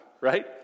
right